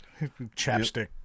chapstick